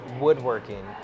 woodworking